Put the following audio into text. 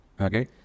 okay